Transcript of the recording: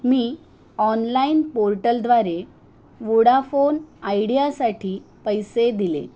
मी online पोर्टलद्वारे Vodafone आयडियासाठी पैसे दिले